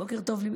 בוקר טוב,